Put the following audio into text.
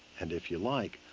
and if you like,